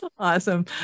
Awesome